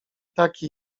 taki